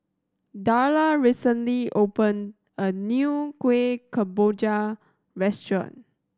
Darla recently opened a new Kueh Kemboja restaurant